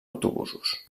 autobusos